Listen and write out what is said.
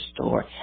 store